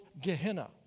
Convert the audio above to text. gehenna